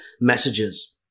messages